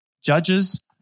judges